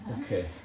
Okay